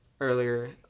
earlier